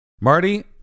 Marty